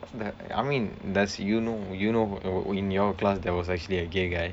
that I mean does you know you know in your class there was actually a gay guy